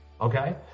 okay